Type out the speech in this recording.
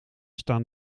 staan